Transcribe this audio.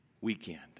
weekend